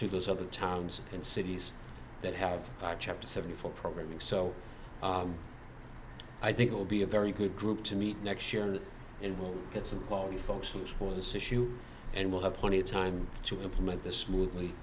through those other towns and cities that have chapter seven for programming so i think it will be a very good group to meet next year and we'll get some quality folks which for this issue and we'll have plenty of time to implement this smoothly